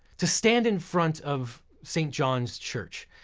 to stand in front of st john's church,